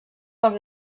poc